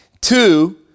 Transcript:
Two